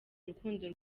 urukundo